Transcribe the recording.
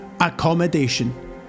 accommodation